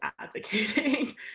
advocating